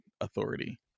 authority